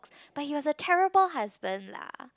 but he was a terrible husband lah